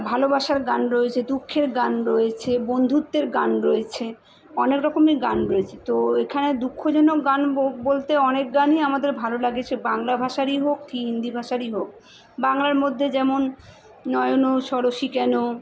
ভালবাসার গান রয়েছে দুঃখের গান রয়েছে বন্ধুত্বের গান রয়েছে অনেক রকমই গান রয়েছে তো এখানে দুঃখজনক গান বলতে অনেক গানই আমাদের ভালো লাগে সে বাংলা ভাষারই হোক কি হিন্দি ভাষারই হোক বাংলার মধ্যে যেমন নয়ন সরসী কেন